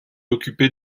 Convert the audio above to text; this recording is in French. occupé